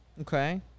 Okay